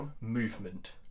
movement